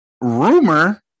rumor